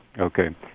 Okay